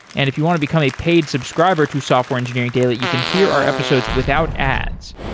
and if you want to become a paid subscriber to software engineering daily, you can hear our episodes without ads.